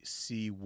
see